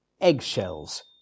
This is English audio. eggshells